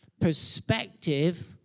perspective